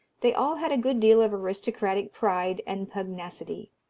they all had a good deal of aristocratic pride and pugnacity,